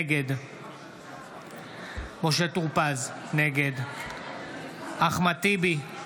נגד משה טור פז, נגד אחמד טיבי,